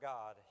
God